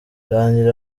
rangira